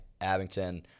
Abington